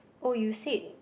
oh you said